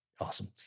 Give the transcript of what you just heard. Awesome